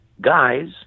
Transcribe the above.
guys